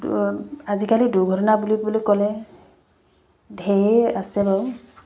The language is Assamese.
আজিকালি দুৰ্ঘটনা বুলিবলৈ ক'লে ঢেৰ আছে বাৰু